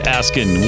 asking